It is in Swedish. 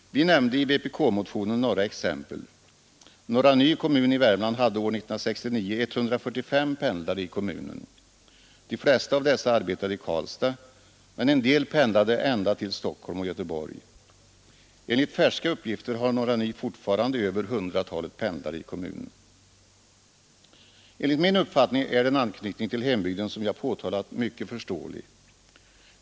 Vi nämnde i vpk-motionen några exempel. Norra Ny kommun i Värmland hade 145 pendlare 1969. De flesta av dessa arbetade i Karlstad, men en del pendlade ända till Stockholm och Göteborg. Enligt färska uppgifter har Norra Ny fortfarande över hundratalet pendlare i kommunen. Enligt min uppfattning är den anknytning till hembygden som jag nämnt mycket förståelig.